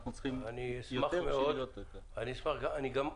נשמח --- אני אשמח גם.